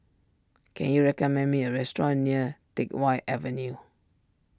can you recommend me a restaurant near Teck Whye Avenue